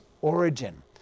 origin